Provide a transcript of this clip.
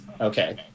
Okay